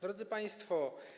Drodzy państwo!